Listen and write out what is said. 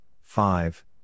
five